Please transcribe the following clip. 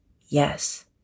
yes